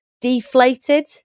deflated